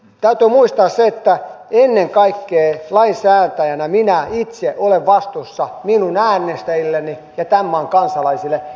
täytyy muistaa se että ennen kaikkea lainsäätäjänä minä itse olen vastuussa minun äänestäjilleni ja tämän maan kansalaisille